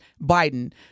Biden